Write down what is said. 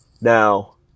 Now